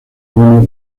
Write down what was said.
uno